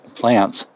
plants